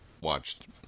watched